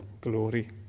glory